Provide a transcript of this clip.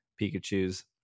Pikachus